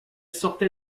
sortait